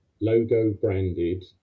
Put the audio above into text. logo-branded